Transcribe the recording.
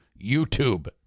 YouTube